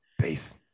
Peace